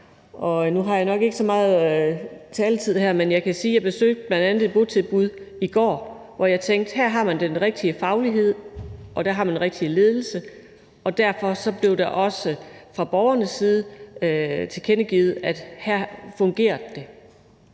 jeg besøgte bl.a. et botilbud i går, hvor jeg tænkte, at her har man den rigtige faglighed, og her har man den rigtige ledelse. Og derfor blev der også fra borgernes side tilkendegivet, at her fungerede det.